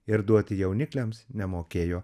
ir duoti jaunikliams nemokėjo